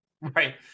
Right